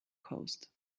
coast